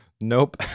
Nope